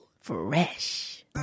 fresh